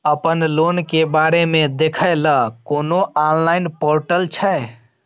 अपन लोन के बारे मे देखै लय कोनो ऑनलाइन र्पोटल छै?